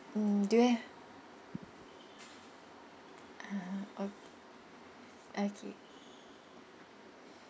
mm do you ha~ ah okay~ okay